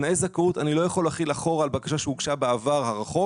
תנאי זכאות אני לא יכול להחיל אחורה על בקשה שהוגשה בעבר הרחוק